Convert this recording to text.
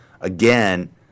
again